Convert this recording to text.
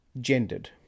gendered